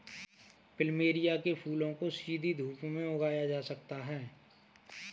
plumeria के फूलों को सीधी धूप में उगाया जा सकता है